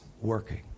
working